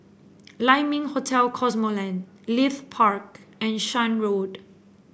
Lai Ming Hotel Cosmoland Leith Park and Shan Road